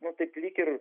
nu taip lyg ir